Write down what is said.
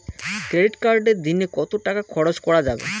Credit কার্ডে দিনে কত টাকা খরচ করা যাবে?